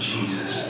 Jesus